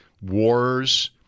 wars